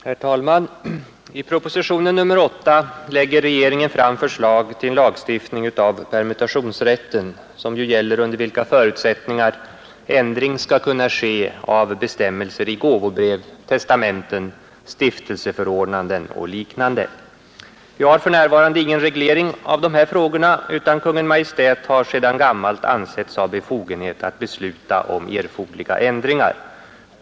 Herr talman! I proposition nr 8 lägger regeringen fram förslag till en lagstiftning av permutationsrätten, som ju gäller under vilka förutsättningar ändring skall kunna ske av bestämmelser i gåvobrev, testamenten, stiftelseförordnanden och liknande. Vi har för närvarande ingen reglering av dessa frågor utan Kungl. Maj:t har sedan gammalt ansetts ha befogenhet att besluta om erforderliga ändringar.